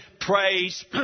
praise